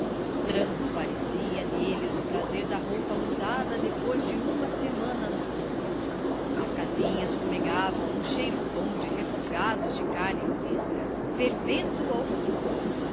transparecia neles o prazer da roupa mudada depois de uma semana no corpo as casinhas fumegavam um cheiro bom de refogados de carne fresca fervendo ao fogo